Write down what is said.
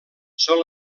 són